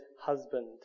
husband